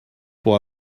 pour